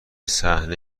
صحنه